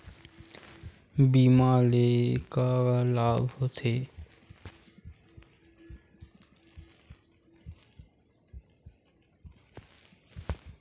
बीमा ले का लाभ होथे?